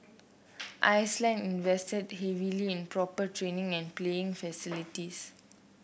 Iceland invested heavily in proper training and playing facilities